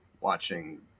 watching